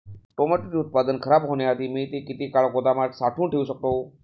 टोमॅटोचे उत्पादन खराब होण्याआधी मी ते किती काळ गोदामात साठवून ठेऊ शकतो?